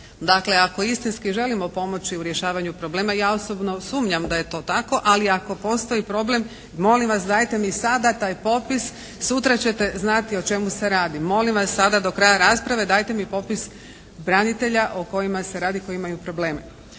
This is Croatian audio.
Dakle, ako istinski želimo pomoći u rješavanju problema ja osobno sumnjam da je to tako, ali ako postoji problem molim vas, dajte mi sada taj popis, sutra ćete znati o čemu se radi. Molim vas sada do kraja rasprave dajte mi popis branitelja o kojima se radi, koji imaju probleme.